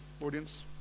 audience